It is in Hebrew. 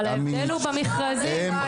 אבל ההבדל הוא במכרזים.